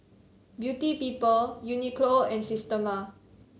Beauty People Uniqlo and Systema